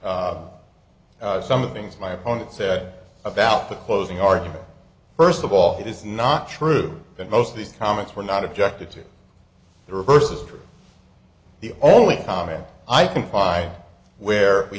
some of the things my opponent said about the closing argument first of all it is not true that most of these comments were not objected to the reverse is true the only comment i can buy where we